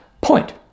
point